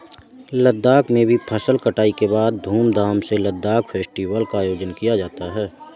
लद्दाख में भी फसल कटाई के बाद धूमधाम से लद्दाख फेस्टिवल का आयोजन किया जाता है